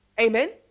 Amen